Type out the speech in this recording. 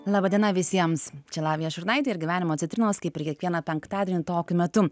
laba diena visiems čia lavija šurnaitė ir gyvenimo citrinos kaip ir kiekvieną penktadienį tokiu metu